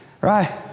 Right